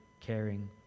caring